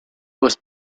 was